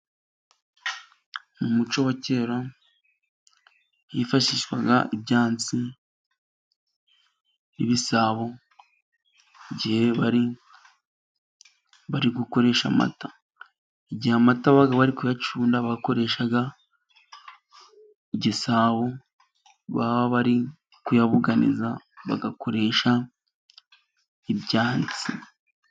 Mu muco wa kera, hifashishwaga ibyansi, ibisabo igihe bari, bari gukoresha amata, igihe amata babaga bari kuyacunda bakoreshaga igisabo, baba bari kuyabuganiza bagakoresha ibyansi.